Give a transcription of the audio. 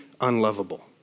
unlovable